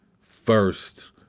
first